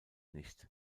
nicht